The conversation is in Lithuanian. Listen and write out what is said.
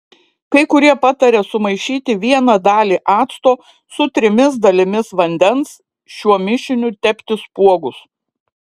kai kurie pataria sumaišyti vieną dalį acto su trimis dalimis vandens šiuo mišiniu tepti spuogus